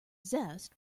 zest